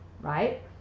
right